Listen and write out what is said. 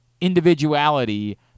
individuality